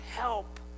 help